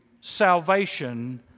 salvation